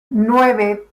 nueve